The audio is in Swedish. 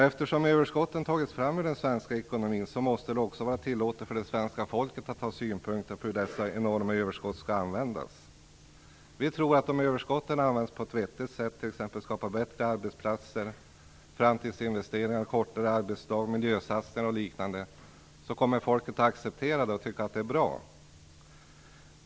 Eftersom överskotten tagits fram ur den svenska ekonomin måste det också vara tillåtet för det svenska folket att ha synpunkter på hur dessa enorma överskott skall användas. Vi tror att om överskotten används på ett vettigt sätt, t.ex. för att skapa bättre arbetsplatser, för framtidsinvesteringar, kortare arbetsdag, miljösatsningar och liknande, kommer folket att acceptera det och tycka att det är bra.